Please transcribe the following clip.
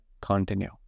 continue